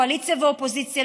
קואליציה ואופוזיציה,